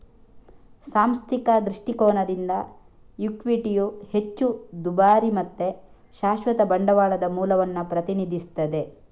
ಸಾಂಸ್ಥಿಕ ದೃಷ್ಟಿಕೋನದಿಂದ ಇಕ್ವಿಟಿಯು ಹೆಚ್ಚು ದುಬಾರಿ ಮತ್ತೆ ಶಾಶ್ವತ ಬಂಡವಾಳದ ಮೂಲವನ್ನ ಪ್ರತಿನಿಧಿಸ್ತದೆ